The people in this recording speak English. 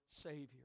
Savior